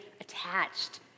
attached